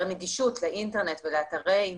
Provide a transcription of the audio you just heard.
יש לנו את הנתונים, לא באתי איתם.